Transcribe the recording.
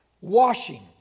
Washing